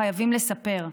חייבים לספר.